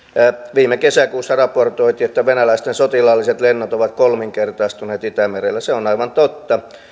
viime kesäkuussa raportoitiin että venäläisten sotilaalliset lennot ovat kolminkertaistuneet itämerellä se on aivan totta